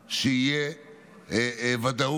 שיהיו ודאות